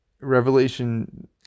Revelation